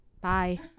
bye